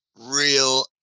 Real